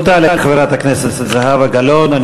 תודה לחברת הכנסת זהבה גלאון.